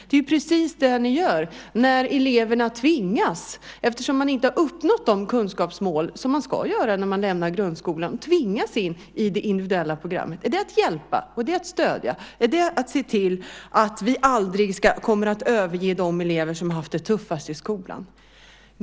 Det är precis det ni gör när eleverna tvingas in i det individuella programmet, eftersom de inte har uppnått de kunskapsmål som man ska ha nått när man lämnar grundskolan. Är det att hjälpa? Är det att stödja? Är det att se till att vi aldrig kommer att överge de elever som har haft det tuffast i skolan?